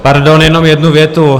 Pardon, jenom jednu větu.